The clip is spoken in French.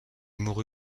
mourut